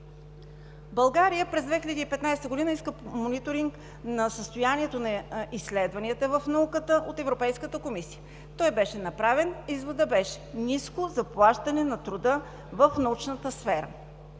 България през 2015 г. иска мониторинг на състоянието на изследванията в науката от Европейската комисия. Той беше направен. Изводът беше: ниско заплащане на труда в научната сфера.